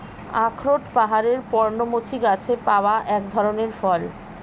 আখরোট পাহাড়ের পর্ণমোচী গাছে পাওয়া এক ধরনের ফল